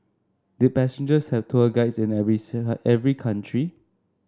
did passengers have tour guides in every seen at every country